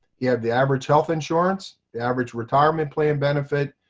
you have the average health insurance, the average retirement plan benefit,